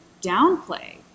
downplay